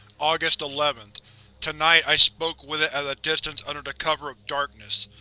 august eleventh tonight, i spoke with it at a distance under the cover of darkness.